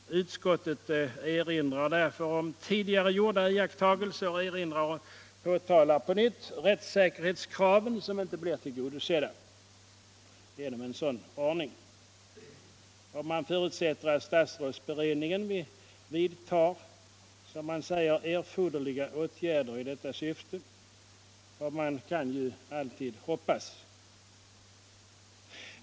Mot denna bakgrund erinrar utskottet om tidigare gjorda iakttagelser och pekar på nytt på rättssäkerhetskraven som inte blir tillgodosedda — Nr 113 genom en sådan ordning. Utskottet förutsätter att statsrådsberedningen Torsdagen den vidtar, som man säger, erforderliga åtgärder i detta syfte. Ja, man kan 29 april 1976 ju alltid hoppas.